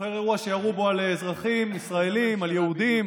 זוכר אירוע שירו בו על אזרחים ישראלים, על יהודים?